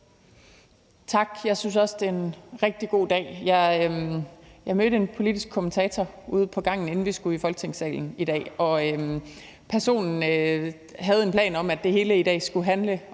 Tak. Jeg synes også, det er en rigtig god dag. Jeg mødte en politisk kommentator ude på gangen, inden vi skulle i Folketingssalen i dag, og personen havde en plan om, at det hele i dag skulle handle om